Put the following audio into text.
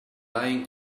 lying